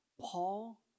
Paul